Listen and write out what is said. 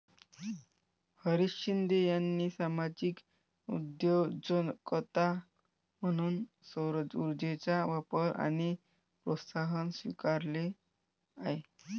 हरीश शिंदे यांनी सामाजिक उद्योजकता म्हणून सौरऊर्जेचा वापर आणि प्रोत्साहन स्वीकारले आहे